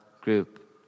group